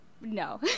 no